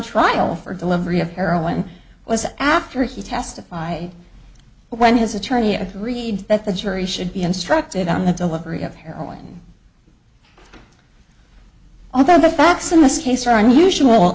trial for delivery of heroin was after he testified when his attorney agreed that the jury should be instructed on the delivery of heroin although the facts in this case